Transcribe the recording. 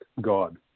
God